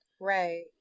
Right